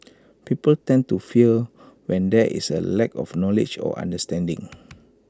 people tend to fear when there is A lack of knowledge or understanding